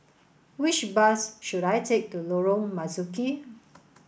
which bus should I take to Lorong Marzuki